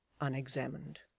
unexamined